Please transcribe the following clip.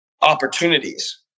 opportunities